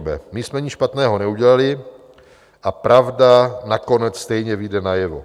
My jsme nic špatného neudělali a pravda nakonec stejně vyjde najevo.